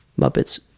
muppets